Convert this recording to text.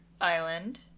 island